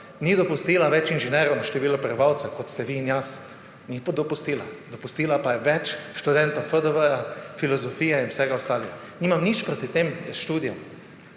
Ni dopustila več inženirjev na število prebivalcev, kot ste vi in jaz. Ni dopustila, dopustila pa je več študentov FDV, filozofije in vsega ostalega. Nimam nič proti tem študijam,